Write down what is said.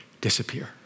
disappear